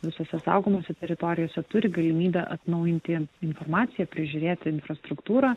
visose saugomose teritorijose turi galimybę atnaujinti informaciją prižiūrėti infrastruktūrą